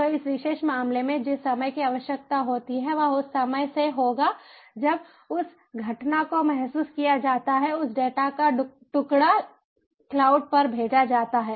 तो इस विशेष मामले में जिस समय की आवश्यकता होती है वह उस समय से होगा जब उस घटना को महसूस किया जाता है उस डेटा का टुकड़ा क्लाउड पर भेजा जाता है